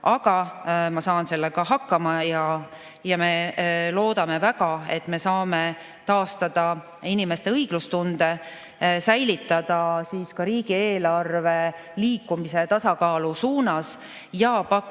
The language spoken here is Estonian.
aga ma saan sellega hakkama. Me loodame väga, et me saame taastada inimeste õiglustunde, säilitada ka riigieelarve liikumise tasakaalu suunas ja pakkuda